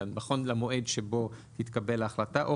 אלא נכון למועד שבו תתקבל ההחלטה או